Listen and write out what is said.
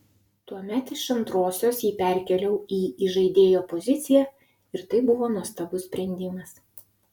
tuomet iš antrosios jį perkėliau į įžaidėjo poziciją ir tai buvo nuostabus sprendimas